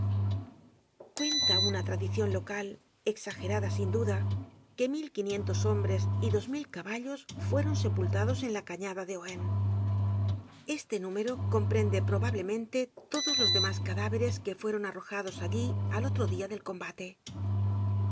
cuenta una tradicion local exagerada sin duda que mil quinientos hombres y dos mil caballos fueron sepultados en la cañada de ohain este número comprende probablemente todos los demás cadáveres que fueron arrojados allí al otro dia del combate